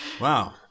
Wow